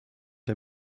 der